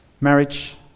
marriage